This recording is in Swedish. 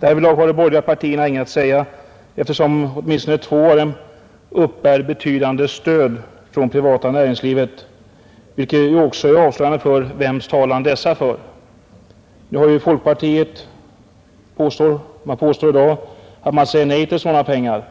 Därvidlag har de borgerliga partierna inget att säga, eftersom åtminstone två av dem uppbär betydande stöd från det privata näringslivet, vilket ju också är avslöjande för vems talan dessa för. Nu påstår folkpartiet i dag att man säger nej till sådana pengar.